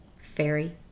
fairy